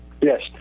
Yes